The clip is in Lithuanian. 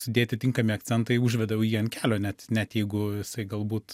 sudėti tinkami akcentai užveda jau jį ant kelio net net jeigu jisai galbūt